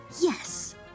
Yes